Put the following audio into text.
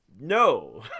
no